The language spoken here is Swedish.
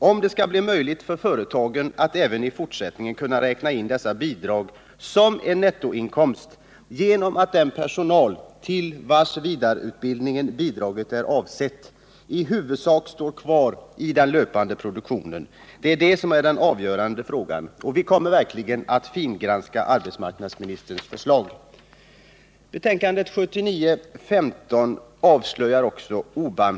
Om det skall bli möjligt för företagen att även i fortsättningen räkna in dessa bidrag som en nettoinkomst genom att den personal, till vars vidareutbildning bidraget är avsett, i huvudsak står kvar i den löpande produktionen är den avgörande frågan. Vi kommer verkligen att fingranska arbetsmarknadsministerns förslag.